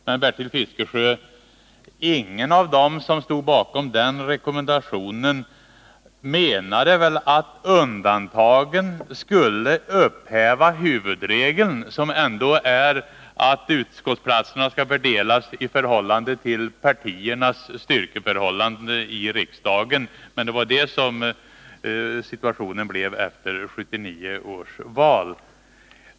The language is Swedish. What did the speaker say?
Men, Bertil Fiskesjö, ingen av dem som stod bakom denna rekommendation menade väl att undantagen skulle upphäva huvudregeln som innebär att utskottsplatserna skall fördelas i förhållande till partiernas styrkeförhållanden i riksdagen. Det var emellertid detta som blev fallet efter 1979 års val.